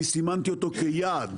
אני סימנתי אותו כיעד.